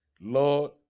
Lord